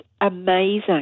amazing